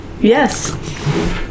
Yes